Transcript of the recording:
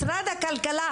משרד הכלכלה.